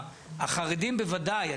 החרדים בוודאי,